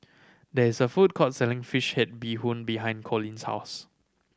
there is a food court selling fish head bee hoon behind Colleen's house